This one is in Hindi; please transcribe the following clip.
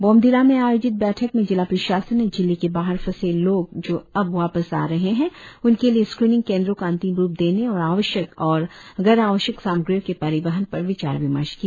बोमडिला में आयोजित बैठक में जिला प्रशासन ने जिले के बाहर फंसे लोग जो अब वापस आ रहे है उनके लिए स्क्रिंनिंग केंद्रो को अंतिम रुप देने और आवश्यक और गैर आवश्यक सामग्रियों के परिवहण पर विचार विमर्श किया